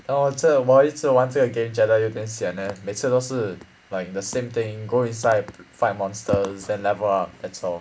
then 我这玩一直玩这个 game 觉得有一点 sian leh 每次都是 like the same thing go inside fight monsters then level up that's all